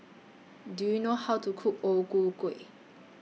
Do YOU know How to Cook O Ku Kueh